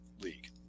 league